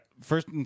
first